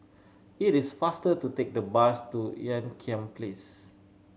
it is faster to take the bus to Ean Kiam Place